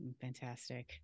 Fantastic